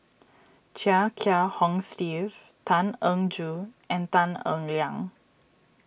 Chia Kiah Hong Steve Tan Eng Joo and Tan Eng Liang